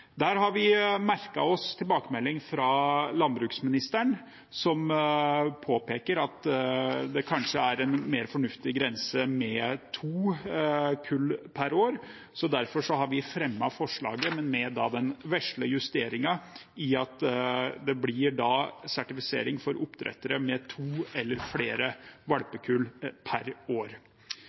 har merket oss tilbakemeldingen fra landbruksministeren, som påpeker at det kanskje er en mer fornuftig grense med to kull per år. Derfor har vi fremmet forslaget, men med den vesle justeringen at det blir sertifisering for oppdrettere med to eller flere valpekull per år.